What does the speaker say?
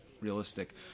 realistic